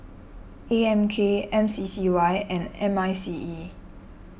A M K M C C Y and M I C E